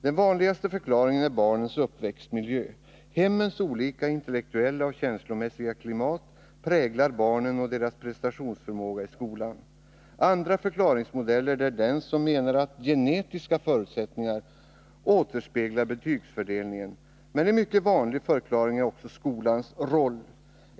Den vanligaste förklaringen är barnens uppväxtmiljö. Hemmens olika intellektuella och känslomassiga klimat präglar barnen och deras prestationsförmåga i skolan. En annan förklaringsmodell går ut på att genetiska förutsättningar återspeglas i betygsfördelningen. Men en vanlig förklaring är också skolans roll.